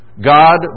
God